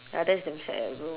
!huh! that's damn sad eh bro